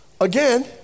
Again